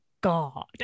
god